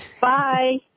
Bye